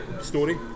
story